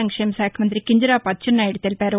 నంక్షేమ శాఖ మంతి కింజరాపు అచ్చెన్నాయుడు తెలిపారు